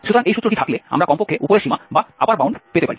সুতরাং এই সূত্রটি থাকলে আমরা কমপক্ষে উপরের সীমা পেতে পারি